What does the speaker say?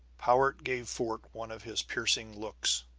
powart gave fort one of his piercing looks,